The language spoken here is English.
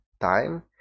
time